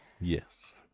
Yes